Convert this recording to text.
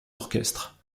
orchestres